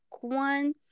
one